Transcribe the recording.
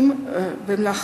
העוסקים במלאכה.